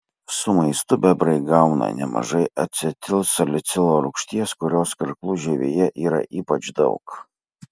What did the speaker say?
su maistu bebrai gauna nemažai acetilsalicilo rūgšties kurios karklų žievėje yra ypač daug